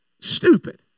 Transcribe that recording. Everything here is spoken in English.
stupid